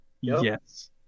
yes